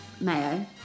mayo